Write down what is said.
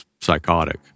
psychotic